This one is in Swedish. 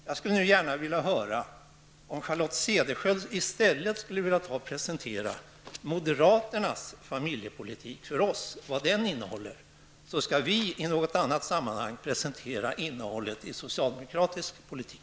Jag skulle i stället vilja höra Charlotte Cederschiöld presentera moderaternas familjepolitik för oss, så att vi får veta vad den innehåller. Sedan skall vi i något annat sammanhang presentera innehållet i socialdemokratisk politik.